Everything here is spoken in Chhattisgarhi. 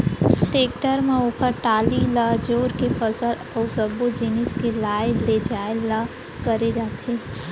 टेक्टर म ओकर टाली ल जोर के फसल अउ सब्बो जिनिस के लाय लेजाय ल करे जाथे